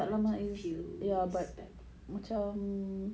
macam a few years but